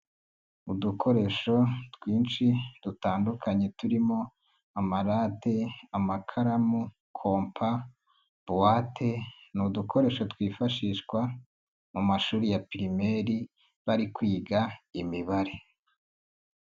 Udukoresho twinshi dutandukanye turimo amarate, amakaramu, kompa, buwate ni udukoresho twifashishwa mu mashuri ya pirimeri bari kwiga imibare.